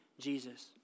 Jesus